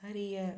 அறிய